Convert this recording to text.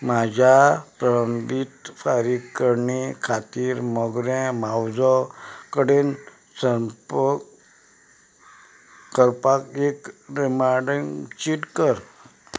म्हज्या प्रबीत फारीकणी खातीर मोगरें मावजो कडेन संपर्क करपाक एक रिमांडींग चीट कर